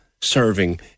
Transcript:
serving